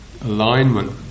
alignment